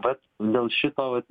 vat dėl šito vat